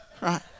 Right